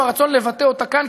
או הרצון לבטא אותה כאן,